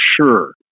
sure